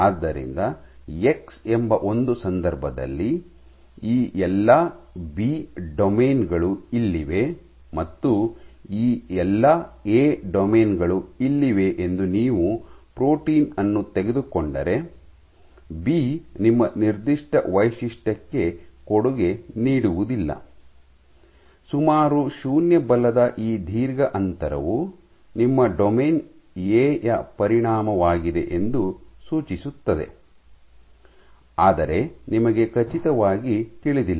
ಆದ್ದರಿಂದ ಎಕ್ಸ್ ಎಂಬ ಒಂದು ಸಂದರ್ಭದಲ್ಲಿ ಈ ಎಲ್ಲಾ ಬಿ ಡೊಮೇನ್ ಗಳು ಇಲ್ಲಿವೆ ಮತ್ತು ಈ ಎಲ್ಲಾ ಎ ಡೊಮೇನ್ ಗಳು ಇಲ್ಲಿವೆ ಎಂದು ನೀವು ಪ್ರೋಟೀನ್ ಅನ್ನು ತೆಗೆದುಕೊಂಡರೆ ಬಿ ನಿಮ್ಮ ನಿರ್ದಿಷ್ಟ ವೈಶಿಷ್ಟ್ಯಕ್ಕೆ ಕೊಡುಗೆ ನೀಡುವುದಿಲ್ಲ ಸುಮಾರು ಶೂನ್ಯ ಬಲದ ಈ ದೀರ್ಘ ಅಂತರವು ನಿಮ್ಮ ಡೊಮೇನ್ ಎ ಯ ಪರಿಣಾಮವಾಗಿದೆ ಎಂದು ಸೂಚಿಸುತ್ತದೆ ಆದರೆ ನಿಮಗೆ ಖಚಿತವಾಗಿ ತಿಳಿದಿಲ್ಲ